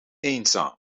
eenzaam